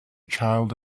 child